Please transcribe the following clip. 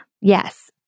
yes